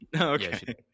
okay